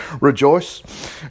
Rejoice